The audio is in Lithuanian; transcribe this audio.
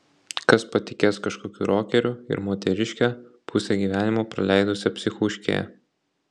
kas patikės kažkokiu rokeriu ir moteriške pusę gyvenimo praleidusia psichuškėje